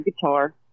guitar